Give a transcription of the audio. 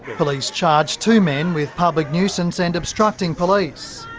police charged two men with public nuisance and obstructing police.